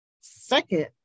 Second